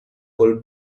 col